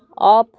off